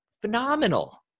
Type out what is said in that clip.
Phenomenal